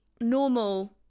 normal